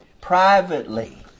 Privately